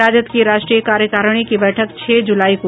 राजद की राष्ट्रीय कार्यकारिणी की बैठक छह जुलाई को